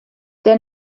der